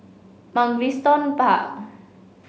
Mugliston Park